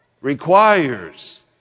requires